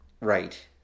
Right